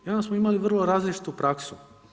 I onda smo imali vrlo različitu praksu.